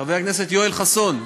חבר הכנסת יואל חסון,